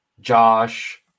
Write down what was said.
Josh